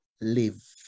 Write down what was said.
live